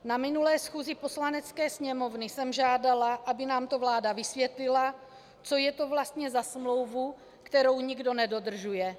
Na minulé schůzi Poslanecké sněmovny jsem žádala, aby nám to vláda vysvětlila, co je to vlastně za smlouvu, kterou nikdo nedodržuje.